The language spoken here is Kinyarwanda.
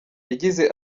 yagize